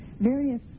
various